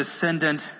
descendant